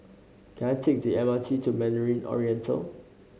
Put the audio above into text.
can I take the M R T to Mandarin Oriental